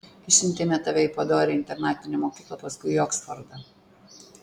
išsiuntėme tave į padorią internatinę mokyklą paskui į oksfordą